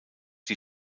die